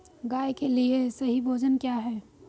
गाय के लिए सही भोजन क्या है?